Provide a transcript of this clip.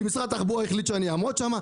כי משרד התחבורה החליטה שאני אעמוד שם,